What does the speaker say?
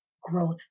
growth